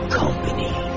company